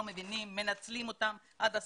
לא מבינים, מנצלים אותם עד הסוף.